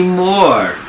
more